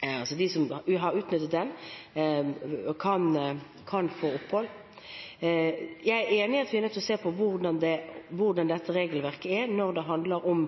vi er nødt til å se på hvordan dette regelverket er når det handler om